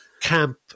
camp